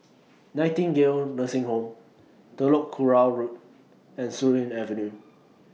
Nightingale Nursing Home Telok Kurau Road and Surin Avenue